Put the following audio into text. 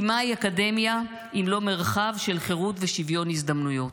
כי מהי אקדמיה אם לא מרחב של חירות ושוויון הזדמנויות?